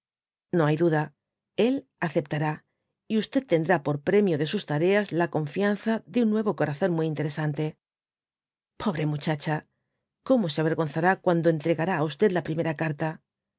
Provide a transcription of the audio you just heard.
no hay duda él aceptará y td tendrá por premio de sus tareas la confianza de un nuevo corazón muy interesante i pobre muchacha como se avergonzará cuando entregará á'u primer carta